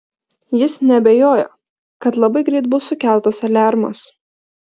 jis neabejojo kad labai greit bus sukeltas aliarmas